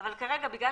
אבל כרגע, בגלל